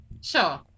Sure